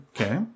Okay